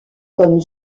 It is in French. comme